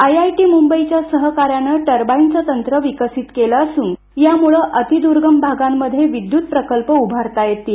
IIT मुंबईच्या सहकार्याने टरबाइनचे तंत्र विकसित केले असून यामुळे दुर्गम अति दुर्गम भागांमध्ये विद्युत प्रकल्प उभारता येणार आहेत